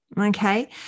Okay